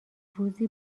روزی